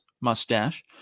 mustache